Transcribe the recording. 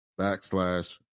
backslash